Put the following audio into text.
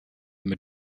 mit